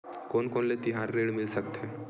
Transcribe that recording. कोन कोन ले तिहार ऋण मिल सकथे?